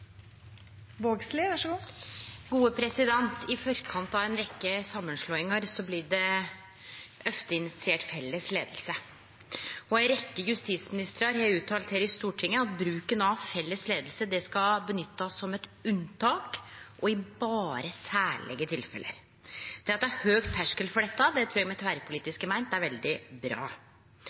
ofte initiert felles leiing. Ei rekkje justisministrar har uttalt her i Stortinget at felles leiing skal bli brukt som eit unntak og berre i særlege tilfelle. Det at det er høg terskel for dette, trur eg me tverrpolitisk har meint er veldig bra.